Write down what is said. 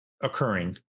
occurring